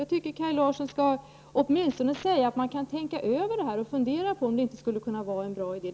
Jag tycker att Kaj Larsson åtminstone borde kunna säga att man skall tänka över saken och fundera på om detta inte skulle kunna vara en bra idé.